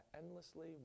endlessly